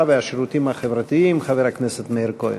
והשירותים החברתיים חבר הכנסת מאיר כהן.